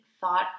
thought